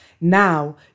Now